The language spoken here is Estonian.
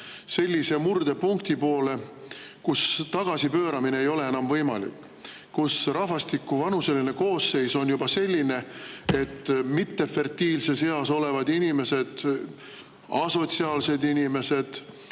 rahvusena murdepunkti poole, kust tagasipööramine ei ole enam võimalik, kus rahvastiku vanuseline koosseis on juba selline, et mittefertiilses eas olevad inimeste, asotsiaalsete inimeste,